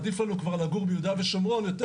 עדיף לנו כבר לגור ביהודה ושומרון; יותר